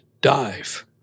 dive